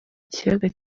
kiyaga